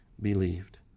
believed